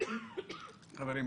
אני